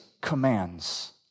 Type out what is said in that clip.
commands